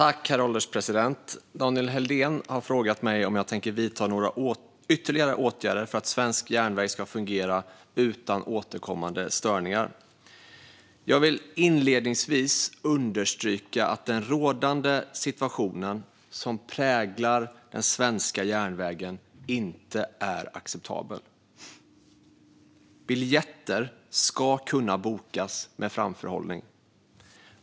Herr ålderspresident! Daniel Helldén har frågat mig om jag tänker vidta några ytterligare åtgärder för att svensk järnväg ska fungera utan återkommande störningar. Jag vill inledningsvis understryka att den rådande situationen som präglar den svenska järnvägen inte är acceptabel. Biljetter ska kunna bokas med framförhållning.